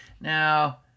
Now